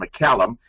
McCallum